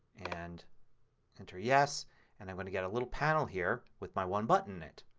and enter yes and i'm going to get a little panel here with my one button it.